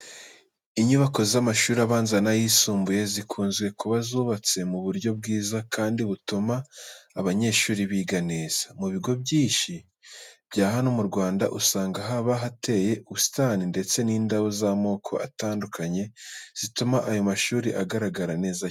Inyubako z'amashuri abanza n'ayisumbuye zikunze kuba zubatse mu buryo bwiza kandi butuma abanyeshuri biga neza. Mu bigo byinshi bya hano mu Rwanda usanga haba hateye ubusitani ndetse n'indabo z'amoko atandukanye zituma ayo mashuri agaragara neza cyane.